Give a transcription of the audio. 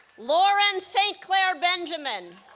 lauren st. clair benjamin